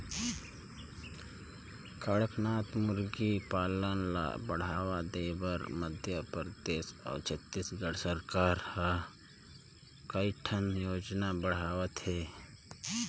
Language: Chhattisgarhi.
कड़कनाथ मुरगी पालन ल बढ़ावा देबर मध्य परदेस अउ छत्तीसगढ़ सरकार ह कइठन योजना चलावत हे